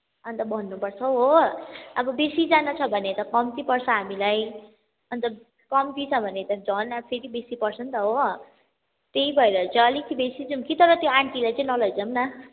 अनि त भन्नुपर्छ हौ हो अब बेसी जाना छ भने त कम्ती पर्छ हामीलाई अनि त कम्ती छ भने त झन् अब फेरि बेसी पर्छ नि त हो त्यही भएर चाहिँ अलिक बेसी जाऔँ कि तर त्यो आन्टीलाई चाहिँ नलैजाऔँ न